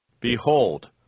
Behold